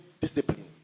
disciplines